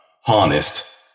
harnessed